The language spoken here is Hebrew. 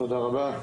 תודה רבה.